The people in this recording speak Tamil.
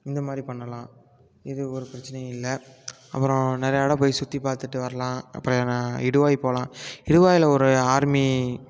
இந்த மாதிரி பண்ணலாம் இது ஒரு பிரச்சினையும் இல்லை அப்புறோம் நிறைய இடம் போய் சுற்றி பார்த்துட்டு வரலாம் அப்புறம் இடுவாய் போகலாம் இடுவாயில் ஒரு ஆர்மி